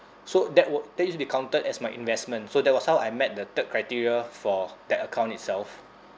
so that wi~ that is be counted as my investment so that was how I met the third criteria for that account itself